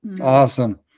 Awesome